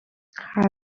hari